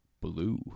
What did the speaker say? blue